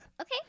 Okay